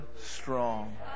strong